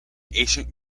ancient